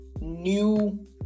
new